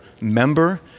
member